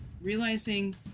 realizing